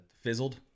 fizzled